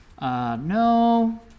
No